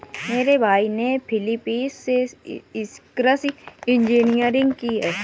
मेरे भाई ने फिलीपींस से कृषि इंजीनियरिंग की है